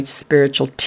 spiritual